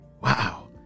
Wow